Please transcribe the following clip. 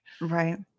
Right